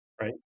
right